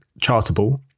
Chartable